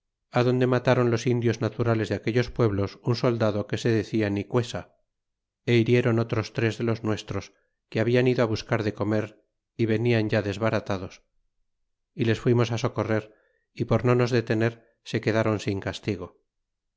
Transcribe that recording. adonde matron los indios naturales de aquellos pueblos un soldado que se de cia nicuesa é hirieron otros tres de los nuestros que habian ido á buscar de comer y venian ya desbaratados y les fuimos socorrer y por no nos detener se quedron sin castigo